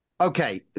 Okay